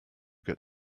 get